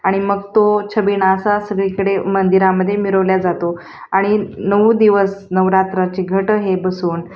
आणि मग तो छबीना असा सगळीकडे मंदिरामध्ये मिरवल्या जातो आणि नऊ दिवस नवरात्राची घट हे बसून